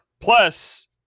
plus